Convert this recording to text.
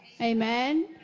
Amen